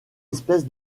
espèce